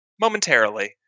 momentarily